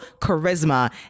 charisma